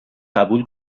قبول